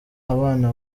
abana